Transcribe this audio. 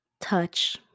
Touch